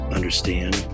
understand